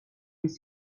است